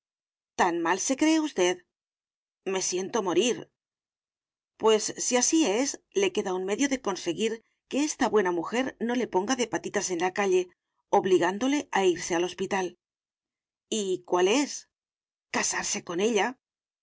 tan mal se cree usted me siento morir pues si así es le queda un medio de conseguir que esta buena mujer no le ponga de patitas en la calle obligándole a irse al hospital y cuál es casarse con ella